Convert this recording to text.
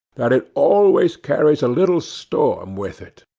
that it always carries a little storm with it.